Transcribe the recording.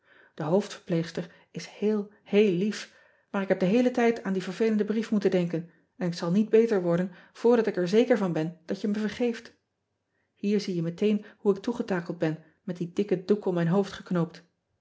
e hoofdverpleegster is heel heel lief maar ik heb den heelen tijd aan lien vervelenden brief moeten denken en ik zal niet beter worden voordat ik er zeker van ben dat je me vergeeft ier zie je meteen hoe ik toegetakeld ben met dien dikken doek om mijn hoofd geknoopt